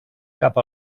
cap